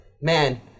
man